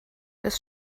des